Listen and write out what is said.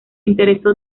interesó